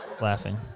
laughing